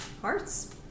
hearts